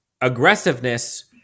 aggressiveness